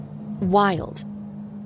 wild